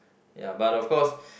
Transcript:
ya but of course